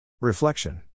Reflection